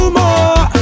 more